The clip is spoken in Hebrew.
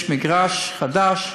יש מגרש חדש,